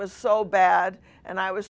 was so bad and i was